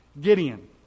Gideon